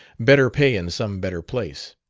better pay in some better place.